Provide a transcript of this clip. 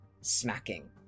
smacking